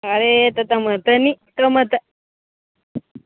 અરે તો તમારા ધણી નહીં કમાતા